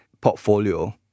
portfolio